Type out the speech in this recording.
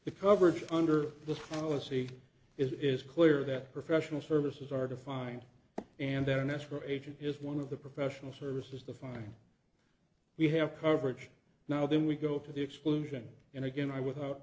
the coverage under this policy it is clear that professional services are defined and that an escrow agent is one of the professional services the fine we have coverage now then we go to the exclusion and again i without